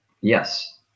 Yes